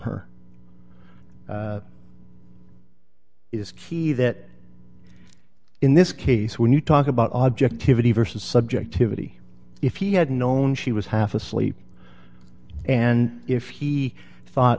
her is key that in this case when you talk about objectivity versus objectivity if he had known she was half asleep and if he thought